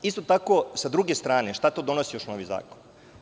Isto tako sa druge strane, šta to donosi još novi zakon?